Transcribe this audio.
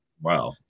Wow